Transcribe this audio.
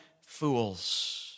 Fools